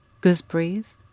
gooseberries